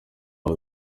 abo